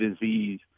disease